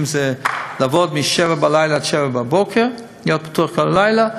זה לעבוד מ-19:00 עד 07:00 ולהיות פתוח כל הלילה,